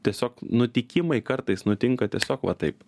tiesiog nutikimai kartais nutinka tiesiog va taip